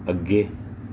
ਅੱਗੇ